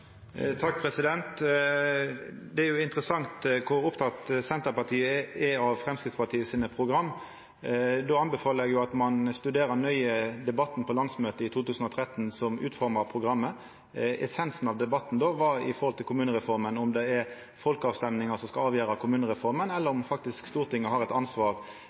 Det er interessant kor opptekne Senterpartiet er av Framstegspartiet sine program. Då anbefaler eg at ein studerer nøye debatten på landsmøtet i 2013 som utforma programmet. Essensen av debatten om kommunereforma då var om det er folkeavstemmingar som skal avgjera kommunereforma, eller om Stortinget faktisk har eit ansvar